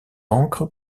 encre